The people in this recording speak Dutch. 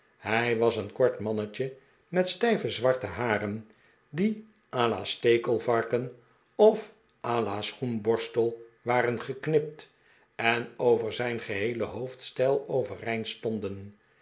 hij was een kort mannetje met stijve zwarte haren die a la stekelvarken of a la schoenborstel waren geknip t en over zijn geheele hoofd steil overeind stonden